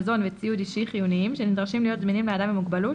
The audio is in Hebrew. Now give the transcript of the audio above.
מזון וציוד אישי חיוניים שנדרשים להיות זמינים לאדם עם מוגבלות,